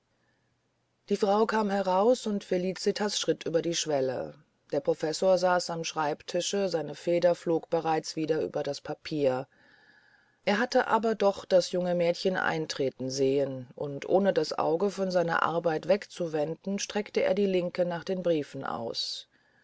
die frau kam heraus und felicitas schritt über die schwelle der professor saß am schreibtische seine feder flog bereits wieder über das papier er hatte aber doch das junge mädchen eintreten sehen und ohne das auge von seiner arbeit wegzuwenden streckte er die linke nach den briefen aus